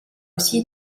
aussi